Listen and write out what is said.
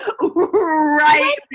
right